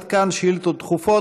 עד כאן שאילתות דחופות.